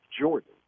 Jordan